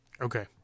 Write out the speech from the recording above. Okay